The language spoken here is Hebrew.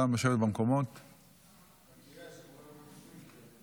הצעת ועדת החוקה, חוק